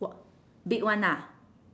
w~ big one ah